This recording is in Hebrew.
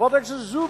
חברת הכנסת זועבי,